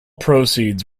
proceeds